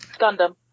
Gundam